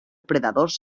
predadors